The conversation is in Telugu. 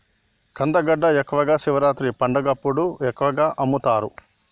కందగడ్డ ఎక్కువగా శివరాత్రి పండగప్పుడు ఎక్కువగా అమ్ముతరు